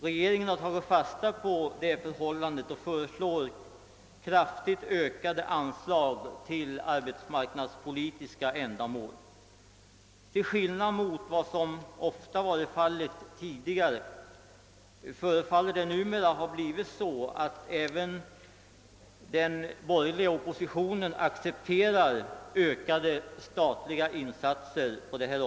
Regeringen har tagit fasta på det förhållandet och föreslår kraftigt ökade anslag för arbetsmarknadspolitiska ändamål. Till skillnad mot vad som ofta varit fallet tidigare förefaller det mig numera ha blivit så att även den borgerliga oppositionen accepterar ökade statliga insatser på detta område.